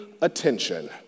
attention